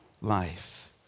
life